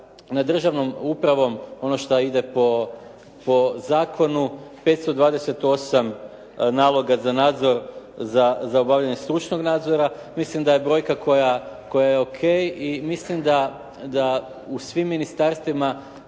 nad državnom upravom, ono što ide po zakonu 528 naloga za nadzor, za obavljanje stručnog nadzora, mislim da je brojka koja je O.K.. I mislim da u svim ministarstvima,